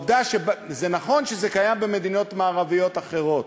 זה נכון שזה קיים במדינות מערביות אחרות,